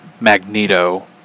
Magneto